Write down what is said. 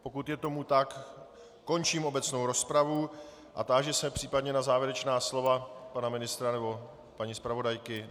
Pokud je tomu tak, končím obecnou rozpravu a táži se případně na závěrečná slova pana ministra nebo paní zpravodajky.